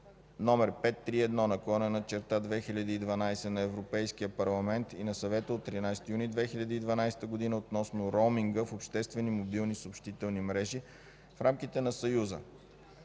Регламент (ЕС) № 531/2012 на Европейския парламент и на Съвета от 13 юни 2012 г. относно роуминга в обществени мобилни съобщителни мрежи в рамките на Съюза.